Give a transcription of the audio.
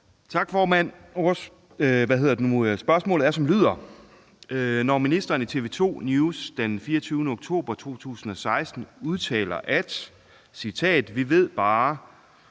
Tak, formand. Vores spørgsmål lyder således: Når ministeren i TV 2 NEWS den 24. oktober 2016 udtaler, at »Vi ved bare,